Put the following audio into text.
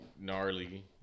gnarly